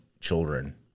Children